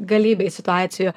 galybei situacijų